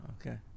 Okay